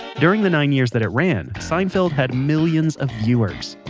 during the nine years that it ran, sienfeld had millions of viewers.